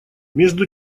между